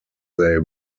they